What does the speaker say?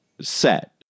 set